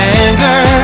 anger